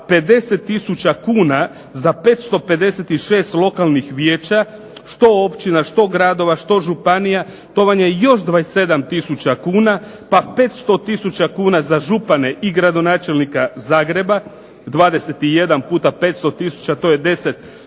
50000 kuna za 556 lokalnih vijeća, što općina, što gradova, što županija to vam je još 27000 kuna, pa 500000 kuna za župane i gradonačelnika Zagreba. 21 puta 500000 to je 10,5